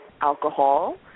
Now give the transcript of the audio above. alcohol